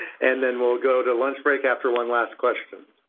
and then we'll go to lunch break after one last question.